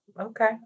Okay